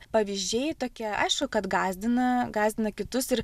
pavyzdžiai tokie aišku kad gąsdina gąsdina kitus ir